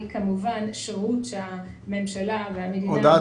כמובן שירות שהממשלה והמדינה נותנת.